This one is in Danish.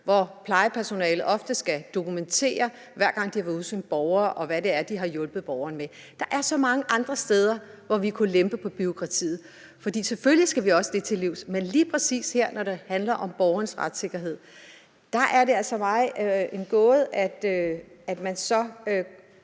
hvor plejepersonale skal dokumentere, hver gang de har været ude hos en borger, og hvad det er, de har hjulpet borgeren med. Der er så mange andre steder, hvor vi kunne lempe på bureaukratiet. For selvfølgelig skal vi også det til livs, men lige præcis her, når det handler om borgernes retssikkerhed, er det altså mig en gåde, at man så